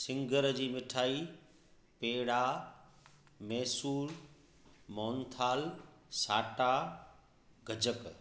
सिङर जी मिठाई पेड़ा मेसूर मोहन थाल साटा गजक